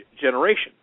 generation